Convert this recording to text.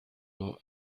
non